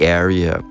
area